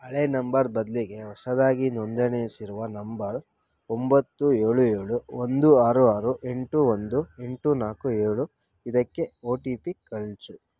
ಹಳೆ ನಂಬರ್ ಬದಲಿಗೆ ಹೊಸದಾಗಿ ನೋಂದಣಿಸಿರುವ ನಂಬರ್ ಒಂಬತ್ತು ಏಳು ಏಳು ಒಂದು ಆರು ಆರು ಎಂಟು ಒಂದು ಎಂಟು ನಾಲ್ಕು ಏಳು ಇದಕ್ಕೆ ಒ ಟಿ ಪಿ ಕಳಿಸು